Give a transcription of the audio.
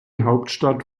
hauptstadt